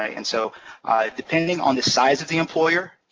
and so depending on the size of the employer,